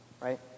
right